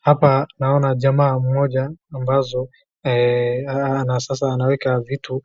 Hapa naona jamaa mmoja ambazo sasa anaweka vitu